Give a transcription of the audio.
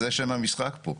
זה שם המשחק פה.